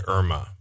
Irma